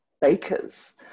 bakers